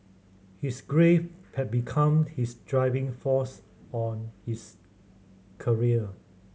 his grief had become his driving force on his career